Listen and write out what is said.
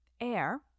air